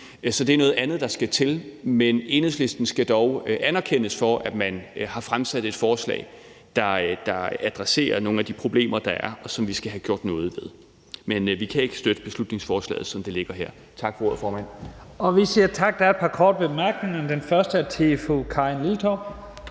så det er noget andet, der skal til. Men Enhedslisten skal dog anerkendes for, at man har fremsat et forslag, der adresserer nogle af de problemer, der er, og som vi skal have gjort noget ved. Vi kan ikke støtte beslutningsforslaget, som det ligger her. Tak for ordet, formand. Kl. 12:43 Første næstformand (Leif Lahn Jensen): Tak. Der